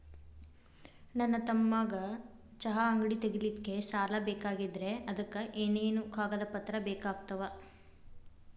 ನನ್ನ ತಮ್ಮಗ ಚಹಾ ಅಂಗಡಿ ತಗಿಲಿಕ್ಕೆ ಸಾಲ ಬೇಕಾಗೆದ್ರಿ ಅದಕ ಏನೇನು ಕಾಗದ ಪತ್ರ ಬೇಕಾಗ್ತವು?